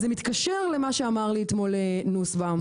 זה מתקשר למה שאמר לי אתמול נוסבאום.